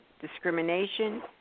discrimination